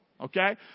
Okay